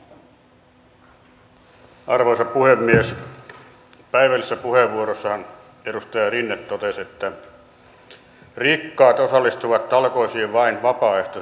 päivällisessä puheenvuorossaan edustaja rinne totesi että rikkaat osallistuvat talkoisiin vain vapaaehtoiselta pohjalta